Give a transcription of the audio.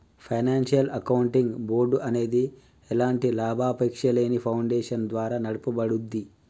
financial accounting board అనేది ఎలాంటి లాభాపేక్షలేని ఫౌండేషన్ ద్వారా నడపబడుద్ది